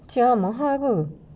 mahal kot